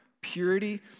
purity